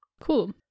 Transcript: Cool